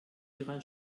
hieran